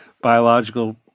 biological